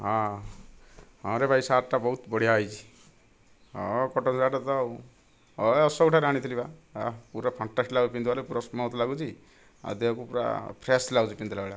ହଁ ହଁ ରେ ଭାଇ ସାର୍ଟଟା ବହୁତ ବଢ଼ିଆ ହୋଇଛି ହଁ କଟନ୍ ସାର୍ଟତ ହଁ ଅଶୋକ ଠାରୁ ଆଣିଥିଲି ବା ହେଃ ପୁରା ଫାଣ୍ଟାଷ୍ଟିକ୍ ଲାଗୁଛି ପିନ୍ଧିବାରେ ପୁରା ସ୍ମୁଥ ଲାଗୁଛି ଆଉ ଦେହକୁ ପୁରା ଫ୍ରେସ୍ ଲାଗୁଛି ପିନ୍ଧିଲା ଭଳିଆ